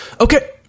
okay